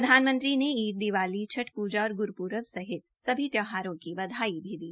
प्रधानमंत्री ने ईद दीवाली छठ पूजा गुरपुरब सहित सभी त्यौहारों की बधाई भी दी